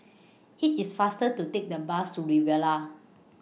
IT IS faster to Take The Bus to Riviera